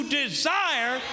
desire